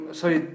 sorry